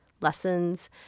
lessons